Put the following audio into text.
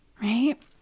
right